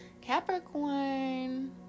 Capricorn